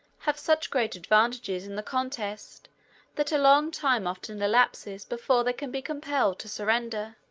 have such great advantages in the contest that a long time often elapses before they can be compelled to surrender.